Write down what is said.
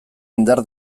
indar